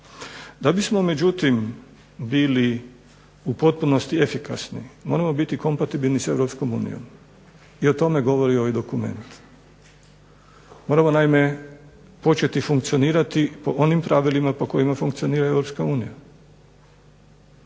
Da bismo bili u potpunosti efikasni moramo biti kompatibilni sa EU i o tome govori ovaj dokument. Moramo naime početi funkcionirati po onim pravilima po kojima funkcionara EU.